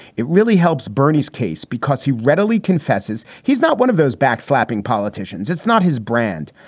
it really helps bernie's case because he readily confesses he's not one of those backslapping politicians. it's not his brand.